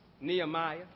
Nehemiah